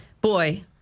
boy